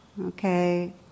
Okay